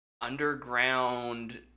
underground